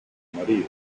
marido